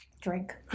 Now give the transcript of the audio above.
Drink